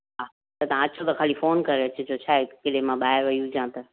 हा त तव्हां अचो त ख़ाली फ़ोन करे अचिजो छा आहे त एक्चुली मां ॿाहिरि वई हुजा त